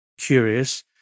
curious